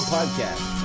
Podcast